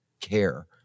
care